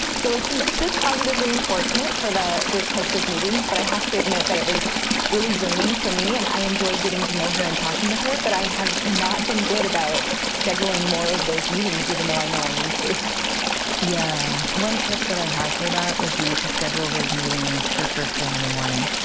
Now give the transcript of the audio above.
so it's some good positive reinforcement for those types of meetings. but i have to admit that it was really draining for me and i enjoy getting to know her and talking to her. but i have not been good about scheduling more of those meetings, even though i know i need to yeah. one tip that i have her that would be to schedule those meetings for first thing in the morning,